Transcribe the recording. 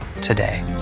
today